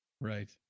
Right